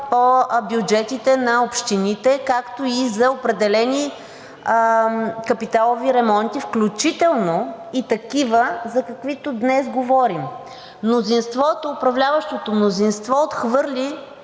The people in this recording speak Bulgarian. по бюджетите на общините, както и за определени капиталови ремонти, включително и такива, за каквито днес говорим. Управляващото мнозинство отхвърли